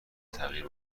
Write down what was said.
تغییر